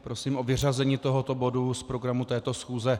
Prosím o vyřazení tohoto bodu z programu této schůze.